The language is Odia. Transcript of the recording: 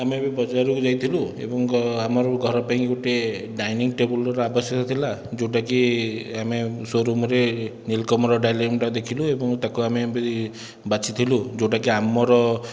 ଆମେ ଏବେ ବଜାରକୁ ଯାଇଥିଲୁ ଏବଂ ଆମର ଘର ପାଇଁ ଗୋଟିଏ ଡାଇନିଂ ଟେବୁଲର ଆବଶ୍ୟକ ଥିଲା ଯେଉଁଟାକି ଆମେ ଶୋ ରୁମରେ ନୀଲକମଲର ଡାଇନିଂଟା ଦେଖିଲୁ ଏବଂ ତାକୁ ଆମେ ବି ବାଛିଥିଲୁ ଯେଉଁଟାକି ଆମର